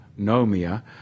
nomia